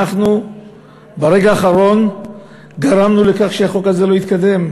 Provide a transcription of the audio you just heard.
ברגע האחרון גרמנו לכך שהחוק הזה לא התקדם,